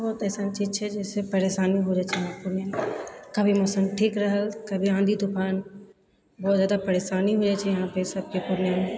बहुत अइसन चीज छै जाहिसँ परेशानी हो जाइ छै पूर्णियामे कभी मौसम ठीक रहल तऽ कभी आँधी तूफान बहुत ज्यादा परेशानी हो जाइ छै यहाँपर सबके पूर्णियामे